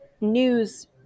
news